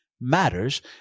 matters